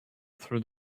through